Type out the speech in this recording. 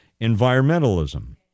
environmentalism